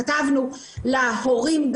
כתבנו להורים,